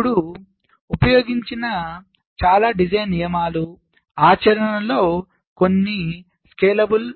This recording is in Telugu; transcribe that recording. ఇప్పుడు ఉపయోగించిన చాలా డిజైన్ నియమాలు ఆచరణలో వాటిని కొన్నిసార్లు స్కేలబుల్